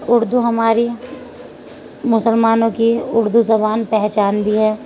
اردو ہماری مسلمانوں کی اردو زبان پہچان بھی ہے